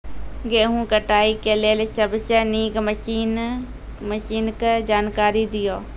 गेहूँ कटाई के लेल सबसे नीक मसीनऽक जानकारी दियो?